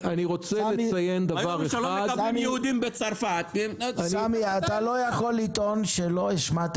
כשלא מקבלים יהודים בצרפת --- תן לי לסיים.